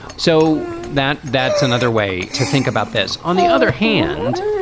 so that that's another way to think about this. on the other hand,